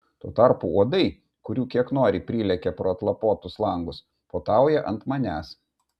tuo tarpu uodai kurių kiek nori prilekia pro atlapotus langus puotauja ant manęs